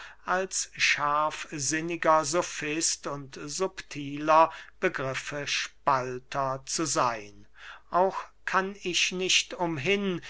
als scharfsinniger solist und subtiler begriffespalter zu seyn auch kann ich nicht umhin